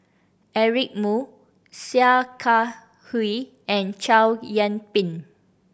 Eric Moo Sia Kah Hui and Chow Yian Ping